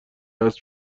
اسب